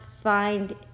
find